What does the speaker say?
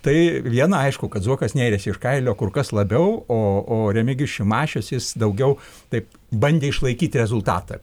tai viena aišku kad zuokas nėrėsi iš kailio kur kas labiau o o remigijus šimašius jis daugiau taip bandė išlaikyt rezultatą